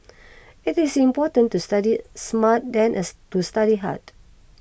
it is important to study smart than a to study hard